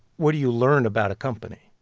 what do you learn about a company?